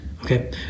okay